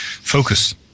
focus